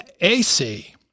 AC